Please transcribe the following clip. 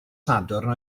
sadwrn